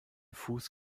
fuß